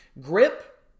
Grip